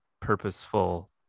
purposeful